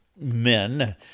men